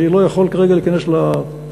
אני לא יכול כרגע להיכנס לפרטים,